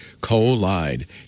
Collide